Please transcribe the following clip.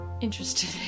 interested